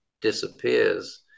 disappears